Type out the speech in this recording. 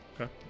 Okay